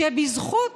שבזכות